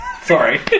Sorry